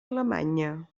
alemanya